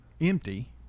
empty